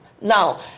Now